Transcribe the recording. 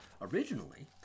Originally